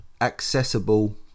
accessible